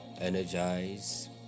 energize